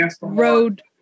road